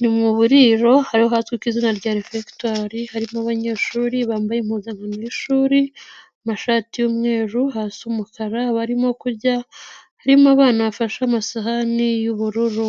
ni mu buriro ariho hazwi ku izina rya refegitori harimo abanyeshuri bambaye impuzankano y'ishuri amashati y'umweru hasi umukara barimo kurya harimo abana bafashe amasahani y'ubururu.